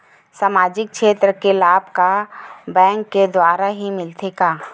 सामाजिक क्षेत्र के लाभ हा बैंक के द्वारा ही मिलथे का?